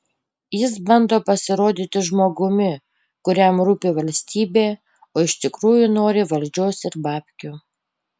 jis bando pasirodyti žmogumi kuriam rūpi valstybė o iš tikrųjų nori valdžios ir babkių